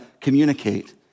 communicate